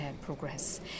progress